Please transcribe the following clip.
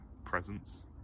presence